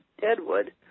Deadwood